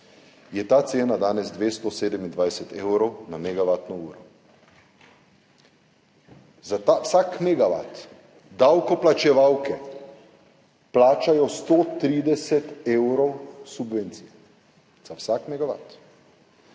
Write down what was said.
je ta cena danes 227 evrov za megavatno uro. Vsak megavat davkoplačevalke plačajo 130 evrov subvencij, za vsak megavat. Če